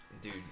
Dude